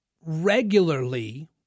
regularly